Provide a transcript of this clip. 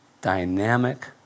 dynamic